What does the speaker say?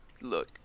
Look